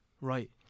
Right